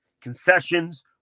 concessions